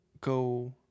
go